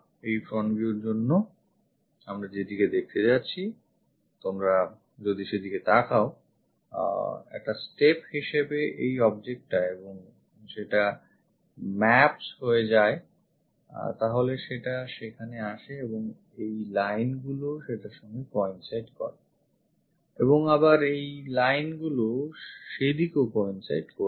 এই front viewর জন্য আমরা যেদিকে দেখতে যাচ্ছি তোমরা যদি সেদিকে তাকাও একটা step হিসেবে এই objectটা এবং সেটা maps হয়ে যায় তাহলে সেটা সেখানে আসে এই line গুলি সেটার সঙ্গে coincide করে এবং আবার এই line গুলি সেদিকে coincide করবে